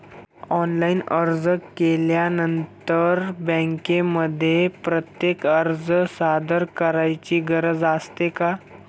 Online अर्ज केल्यानंतर बँकेमध्ये प्रत्यक्ष अर्ज सादर करायची गरज असते का?